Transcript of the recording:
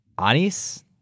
Anis